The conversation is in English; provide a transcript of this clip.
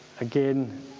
Again